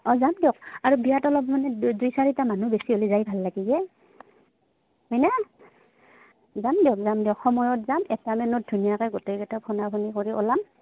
অঁ যাম দিয়ক আৰু বিয়াত অলপ মানে দুই চাৰিটা মানুহ বেছি হ'লে যায় ভাল লাগেই হয়নে যাম দিয়ক যাম দিয়ক সময়ত যাম ধুনীয়াকে গোটেইকেইটা ফোনাফোনি কৰি ওলাম